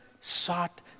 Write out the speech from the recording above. sought